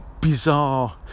bizarre